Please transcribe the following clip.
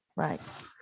Right